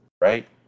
right